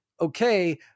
Okay